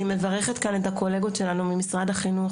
אני מברכת כאן את הקולגות שלנו ממשרד החינוך,